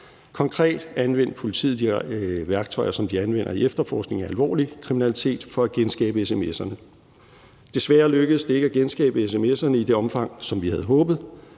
Konkret anvendte politiet de værktøjer, som de anvender i efterforskningen af alvorlig kriminalitet, for at genskabe sms'erne. Desværre lykkedes det ikke at genskabe sms'erne i det omfang, som vi havde håbet,